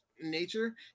nature